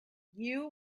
you